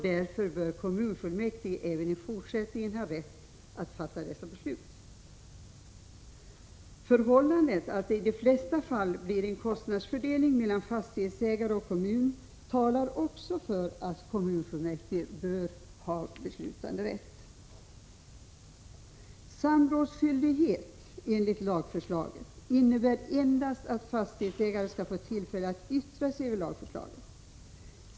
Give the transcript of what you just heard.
Därför bör kommunfullmäktige även i fortsättningen ha rätt att fatta dessa beslut. Det förhållandet att det i de flesta fall blir en kostnadsfördelning mellan fastighetsägare och kommuner talar också för att kommunfullmäktige bör ha beslutanderätt. Samrådsskyldighet enligt lagförslaget innebär endast att fastighetsägaren skall få tillfälle att yttra sig över lagförslaget.